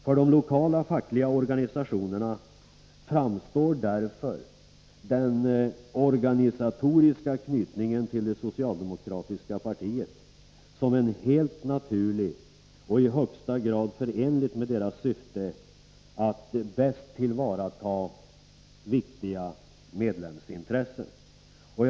För de lokala fackliga organisationerna framstår därför den organisatoriska knytningen till det socialdemokratiska partiet som helt naturlig och i högsta grad förenlig med deras syfte att bäst tillvarata viktiga medlemsintressen.